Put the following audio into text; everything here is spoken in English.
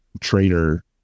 trader